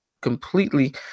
completely –